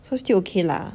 so still okay lah